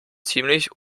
ziemlich